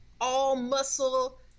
all-muscle